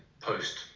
post